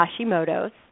Hashimoto's